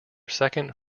second